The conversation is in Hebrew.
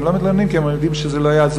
הם לא מתלוננים כי הם יודעים שזה לא יעזור.